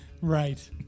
Right